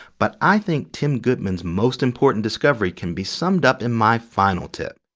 but i think tim goodman's most important discovery can be summed up in my final tip